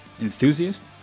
enthusiast